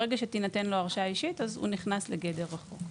ברגע שתינתן לו הרשאה אישית, הוא נכנס לגדר החוק.